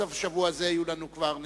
בסוף השבוע הזה כבר תהיה לנו נשיאות,